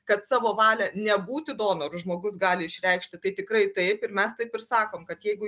kad savo valią nebūti donoru žmogus gali išreikšti tai tikrai taip ir mes taip ir sakom kad jeigu